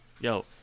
yo